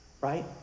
right